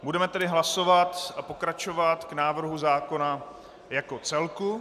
Budeme tedy hlasovat a pokračovat k návrhu zákona jako celku.